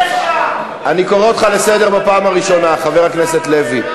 אני קורא אותך לסדר בפעם הראשונה, חבר הכנסת לוי.